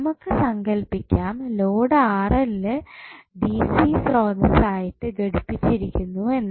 നമുക്ക് സങ്കൽപിക്കാം load DC സ്രോതസ്സ് ആയിട്ട് ഘടിപ്പിച്ചിരിക്കുന്നു എന്ന്